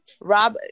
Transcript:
Rob